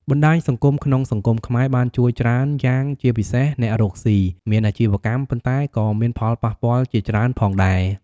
បណ្ដាញសង្គមក្នុងសង្គមខ្មែរ បានជួយច្រើនយ៉ាងជាពិសេសអ្នករកស៊ី មានអាជីវកម្ម ប៉ុន្តែក៏មានផលប៉ះពាល់ជាច្រើនផងដែរ។